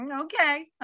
okay